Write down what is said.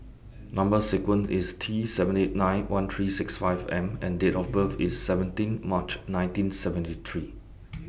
Number sequence IS T seven eight nine one three six five M and Date of birth IS seventeen March nineteen seventy three